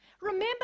Remember